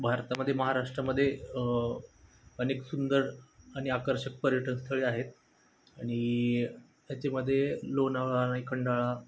भारतामध्ये महाराष्ट्रामध्ये अनेक सुंदर आणि आकर्षक पर्यटन स्थळे आहेत आणि त्याच्यामध्ये लोणावळा आणि खंडाळा